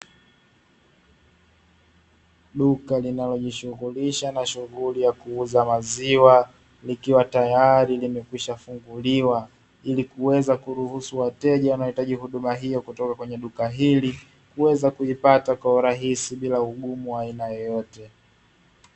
Duka linalo jishughulisha na shughuli ya kuuza maziwa likiwa tayari imekwisha funguliwa, ili kuweza kuruhusu wateja wanaohitaji huduma kutoka kwenye duka hili, kuweza kuipata kwa urahisi bila ugumu wa aina yoyote.